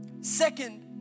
Second